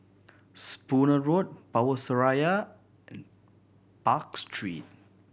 Spooner Road Power Seraya Park Street